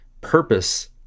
purpose